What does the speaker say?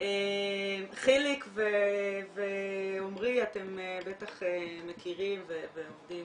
וחיליק ועמרי, אתם בטח מכירים ועובדים,